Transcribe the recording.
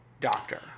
doctor